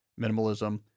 Minimalism